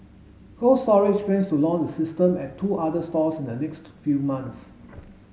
Cold Storage plans to launch the system at two other stores in the next few months